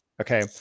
Okay